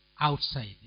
outside